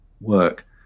work